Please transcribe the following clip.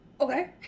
Okay